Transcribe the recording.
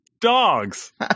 dogs